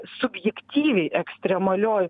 subjektyviai ekstremalioj